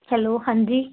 hello ਹਾਂਜੀ